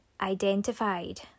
identified